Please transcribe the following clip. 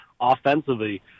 offensively